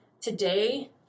today